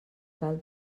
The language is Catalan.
cal